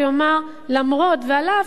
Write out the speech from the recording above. ויאמר: למרות ועל אף,